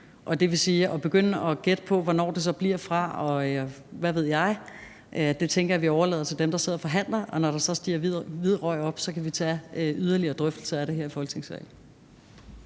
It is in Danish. hinanden nu. At begynde at gætte på, hvornår det så bliver fra, og hvad ved jeg, tænker jeg, at vi overlader til dem, der sidder og forhandler, og når der så stiger hvid røg op, kan vi tage yderligere drøftelser af det i Folketingssalen.